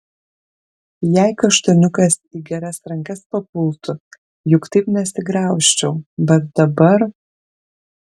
jei kaštoniukas į geras rankas papultų juk taip nesigraužčiau bet dabar